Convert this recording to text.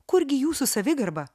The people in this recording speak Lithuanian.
kurgi jūsų savigarba